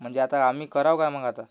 म्हणजे आता आम्ही करावं काय मग आता